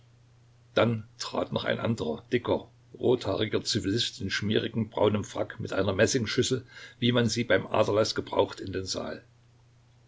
dann trat noch ein anderer dicker rothaariger zivilist in schmierigem braunem frack mit einer messingschüssel wie man sie beim aderlaß gebraucht in den saal